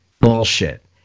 bullshit